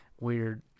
weird